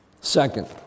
Second